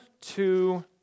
two